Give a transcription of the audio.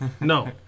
No